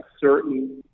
certain